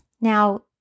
Now